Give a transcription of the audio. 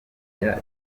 oya